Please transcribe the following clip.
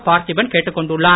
பார்த்திபன் கேட்டுக் கொண்டுள்ளார்